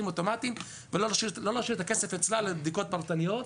אוטומטיים ולא להשאיר את הכסף אצלה לבדיקות פרטניות.